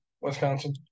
Wisconsin